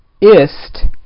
Ist